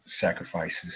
sacrifices